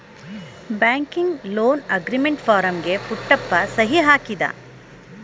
banking loan agreement ಫಾರಂಗೆ ಪುಟ್ಟಪ್ಪ ಸಹಿ ಹಾಕಿದ